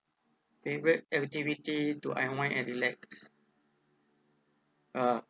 favourite activity to unwind and relax uh